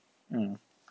mm